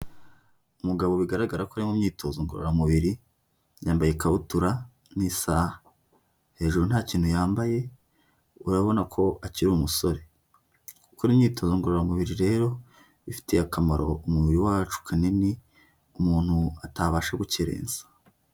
Umugabo bigaragara ko ari mu myitozo ngororamubiri, yambaye ikabutura n'isaha. Hejuru nta kintu yambaye, urabona ko akiri umusore. Gukora imyitozo ngororamubiri rero, bifitiye akamaro umubiri wacu kanini, umuntu atabasha gukerensa.